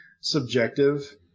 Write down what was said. subjective